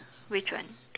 which one